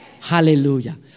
Hallelujah